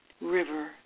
river